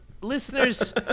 listeners